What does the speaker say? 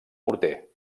morter